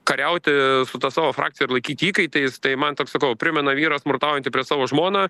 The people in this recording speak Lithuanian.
kariauti su ta savo frakcija ir laikyt įkaitais tai man toks sakau primena vyrą smurtaujantį prieš savo žmoną